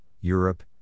Europe